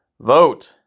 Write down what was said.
Vote